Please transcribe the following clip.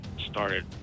started